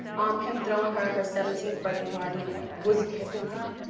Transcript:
um him throwing her, her seventeenth birthday party and what not. was he kissing her?